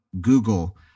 Google